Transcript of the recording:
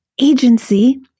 agency